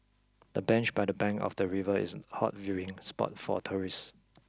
the bench by the bank of the river is a hot viewing spot for tourists